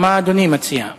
מה אדוני מציע?